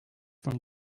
from